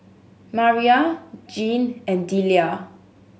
Mariyah Jeane and Delia